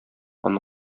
аны